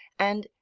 and,